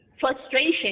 frustration